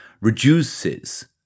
reduces